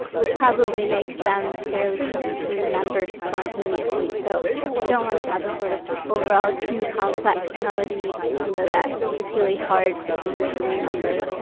which probably makes them fairly easy to remember spontaneously. so you don't want to have a sort of overall too complex melody you know that is really hard for someone to remember